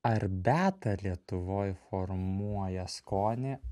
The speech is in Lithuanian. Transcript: ar beata lietuvoj formuoja skonį